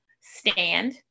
stand